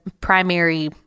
primary